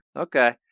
Okay